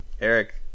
Eric